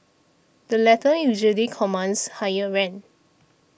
the latter usually commands higher rent